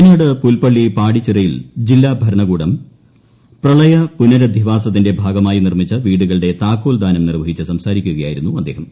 വയനാട് പുൽപ്പള്ളി പാടിച്ചിറയിൽ ജില്ലാ ഭരണകൂടം പ്രളയ പുനരധിവാസത്തിന്റെ ഭാഗമായി നിർമ്മിച്ച വീടുകളുടെ താക്കോൽ ദാനം നിർവ്വഹിച്ച് സംസാരിക്കുകയായിരുന്നു അദ്ദേഹം